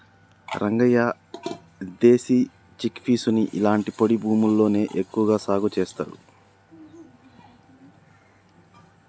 రంగయ్య దేశీ చిక్పీసుని ఇలాంటి పొడి భూముల్లోనే ఎక్కువగా సాగు చేస్తారు